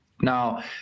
Now